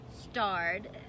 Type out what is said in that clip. Starred